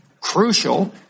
crucial